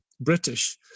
British